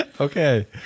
okay